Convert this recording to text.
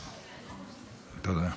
תודה.